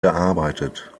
gearbeitet